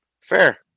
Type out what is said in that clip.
fair